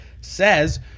says